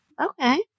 okay